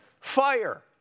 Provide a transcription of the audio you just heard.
Fire